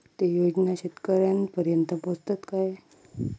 ते योजना शेतकऱ्यानपर्यंत पोचतत काय?